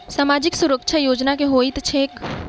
सामाजिक सुरक्षा योजना की होइत छैक?